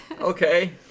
Okay